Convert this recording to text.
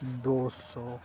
دو سو